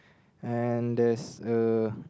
and there's a